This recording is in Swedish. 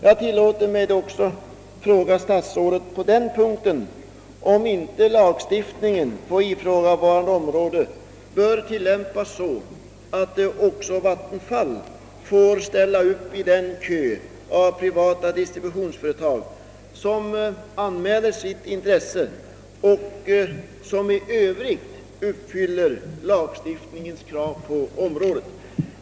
Jag vill därför fråga statsrådet, om inte lagstiftningen på detta område bör tillämpas så, att också vattenfall får ställa sig i kön av privata distributionsföretag som anmäler sitt intresse och som i övrigt uppfyller lagstiftningens krav. Herr talman!